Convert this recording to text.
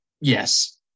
Yes